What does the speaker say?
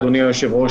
אדוני היושב-ראש,